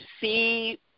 see